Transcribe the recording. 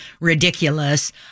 ridiculous